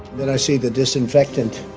then i see the disinfectant,